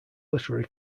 literary